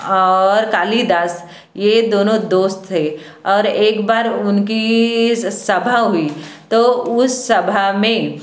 और कालिदास ये दोनों दोस्त थे और एक बार उनकी सभा हुई तो उस सभा में